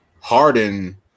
Harden